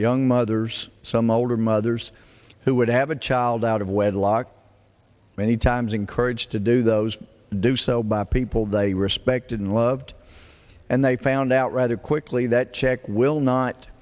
young mothers some older mothers who would have a child out of wedlock many times encouraged to do those do so by people they respected and loved and they found out rather quickly that check will not